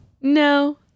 No